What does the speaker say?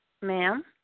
Ma'am